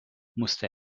musste